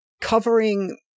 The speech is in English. covering